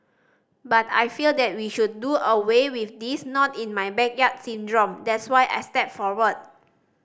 but I feel that we should do away with this not in my backyard syndrome that's why I stepped forward